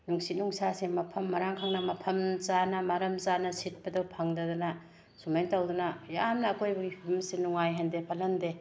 ꯅꯨꯡꯁꯤꯠ ꯅꯨꯡꯁꯥꯁꯦ ꯃꯐꯝ ꯃꯔꯥꯡ ꯈꯪꯅ ꯃꯐꯝ ꯆꯥꯅ ꯃꯔꯝ ꯆꯥꯅ ꯁꯤꯠꯄꯗꯣ ꯐꯪꯗꯗꯅ ꯁꯨꯃꯥꯏꯅ ꯇꯧꯗꯅ ꯌꯥꯝꯅ ꯑꯀꯣꯏꯕꯒꯤ ꯐꯤꯕꯝꯁꯤ ꯅꯨꯡꯉꯥꯏꯍꯟꯗꯦ ꯐꯠꯂꯟꯗꯦ